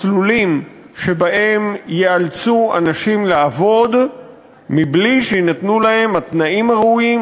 מסלולים שבהם יאלצו אנשים לעבוד בלי שיינתנו להם התנאים הראויים,